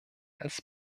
als